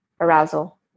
arousal